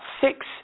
six